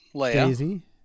Daisy